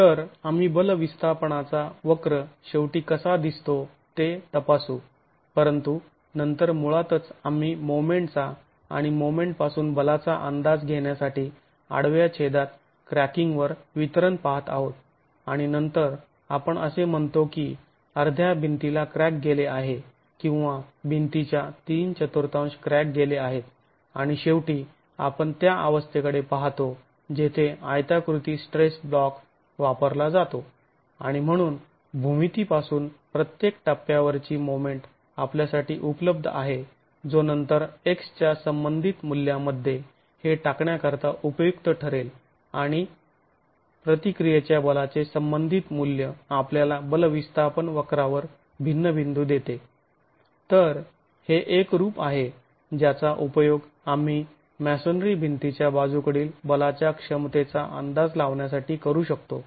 तर आम्ही बल विस्थापनाचा वक्र शेवटी कसा दिसतो ते तपासू परंतु नंतर मुळातच आम्ही मोमेंट चा आणि मोमेंट पासून बलाचा अंदाज घेण्यासाठी आडव्या छेदात क्रॅकिंग वर वितरण पाहत आहोत आणि नंतर आपण असे म्हणतो की अर्ध्या भिंतीला क्रॅक गेले आहे किंवा भिंतीच्या तीन चतुर्थांश क्रॅक गेले आहेत आणि शेवटी आपण त्या अवस्थेकडे पाहतो जेथे आयताकृती स्ट्रेस ब्लॉक वापरला जातो आणि म्हणून भूमिती पासून प्रत्येक टप्प्यावरची मोमेंट आपल्यासाठी उपलब्ध आहे जो नंतर x च्या संबंधित मूल्यामध्ये हे टाकण्याकरीता उपयुक्त ठरेल आणि प्रतिक्रियेच्या बलाचे संबंधित मूल्य आपल्याला बल विस्थापन वक्रावर भिन्न बिंदू देते तर हे एक रुप आहे ज्याचा उपयोग आम्ही मॅसोनेरी भिंतीच्या बाजूकडील बलाच्या क्षमतेचा अंदाज लावण्यासाठी करू शकतो